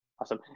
Awesome